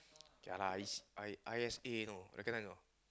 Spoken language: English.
yeah lah it's I I_S_A you know recongnised or not